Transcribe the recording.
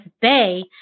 Bay